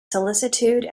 solicitude